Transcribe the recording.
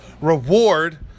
reward